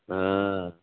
হ্যাঁ